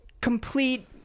complete